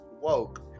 woke